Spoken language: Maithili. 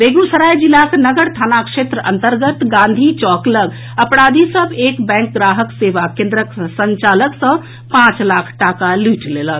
बेगूसराय जिलाक नगर थाना क्षेत्र अंतर्गत गांधी चौक लऽग अपराधी सभ एक बैंक ग्राहक सेवा केंद्रक संचालक सँ पांच लाख टाका लूटि लेलक